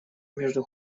между